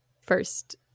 first